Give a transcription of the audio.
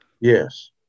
Yes